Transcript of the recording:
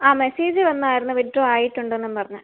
ആ മെസ്സേജ് വന്നായിരുന്നു വിഡ്രോ ആയിട്ട് ഉണ്ടെന്നും പറഞ്ഞ്